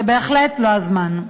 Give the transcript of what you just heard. זה בהחלט לא הזמן.